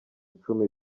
icumi